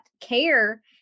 care